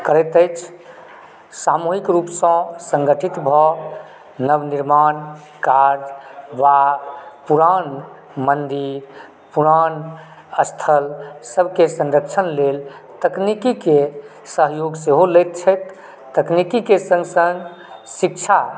करैत अछि सामूहिक रूपसँ सङ्गठित भऽ नवनिर्माण कार्य वा पुरान मन्दिर पुरान स्थलसभके संरक्षण लेल तकनीकीकेँ सहयोग सेहो लैत छथि तकनीकीक सङ्ग सङ्ग शिक्षा